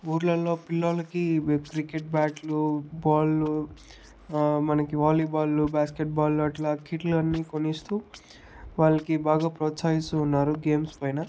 ఊర్లలో పిల్లోల్లకి క్రికెట్ బ్యాట్లు బాల్లు మనకి వాలీబాల్లు బాస్కెట్బాల్లు అట్లా కిట్లు అన్ని కొనిస్తూ వాళ్లకి బాగా ప్రోత్సహిస్తూ ఉన్నారు గేమ్స్ పైన